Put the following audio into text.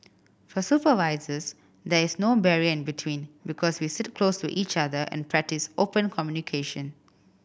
for supervisors there is no barrier in between because we sit close to each other and practice open communication